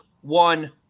one